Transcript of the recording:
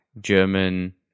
German